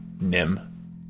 Nim